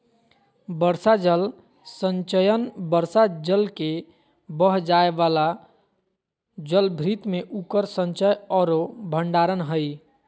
वर्षा जल संचयन वर्षा जल के बह जाय वाला जलभृत में उकर संचय औरो भंडारण हइ